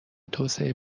توسعه